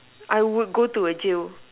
I would go to a jail